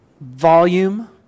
volume